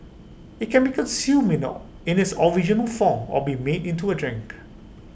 IT can be consumed in A in this original form or be made into A drink